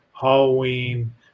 Halloween